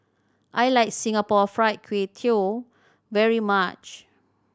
I like Singapore Fried Kway Tiao very much